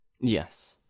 yes